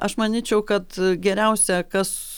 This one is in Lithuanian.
aš manyčiau kad geriausia kas